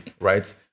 right